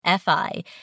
FI